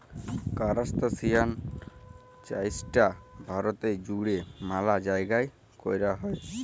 কারাস্তাসিয়ান চাইশটা ভারতে জুইড়ে ম্যালা জাইগাই কৈরা হই